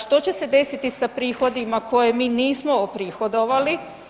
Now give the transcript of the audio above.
Što će se desiti sa prihodima koje mi nismo oprihodovali?